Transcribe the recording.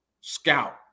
scout